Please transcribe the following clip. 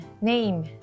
name